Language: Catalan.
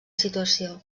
situació